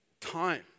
time